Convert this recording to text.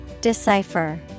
Decipher